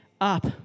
up